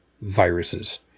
viruses